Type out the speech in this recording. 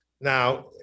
Now